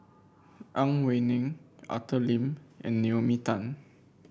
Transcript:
Ang Wei Neng Arthur Lim and Naomi Tan